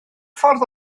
ffordd